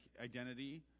identity